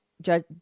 Judge